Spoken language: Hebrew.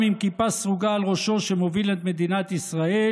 עם כיפה סרוגה על ראשו שמוביל את מדינת ישראל,